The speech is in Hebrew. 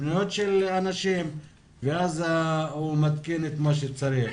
פניות של אנשים ואז הוא מתקין מה שהוא צריך.